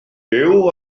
byw